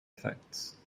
effects